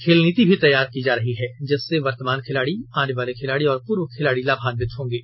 खेल नीति भी तैयार की जा रही है जिससे वर्तमान खिलाड़ी आने वाले खिलाड़ी और पूर्व खिलाड़ी लाभान्वित होंगे